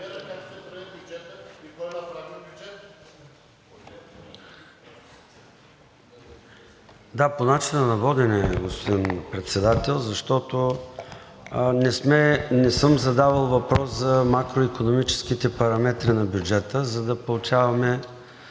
Да, по начина на водене е, господин Председател, защото не съм задавал въпрос за макроикономическите параметри на бюджета, нито репликата